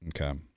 Okay